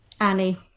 annie